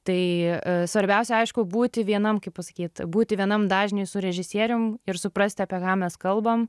tai svarbiausia aišku būti vienam kaip pasakyt būti vienam dažny su režisierium ir suprasti apie ką mes kalbam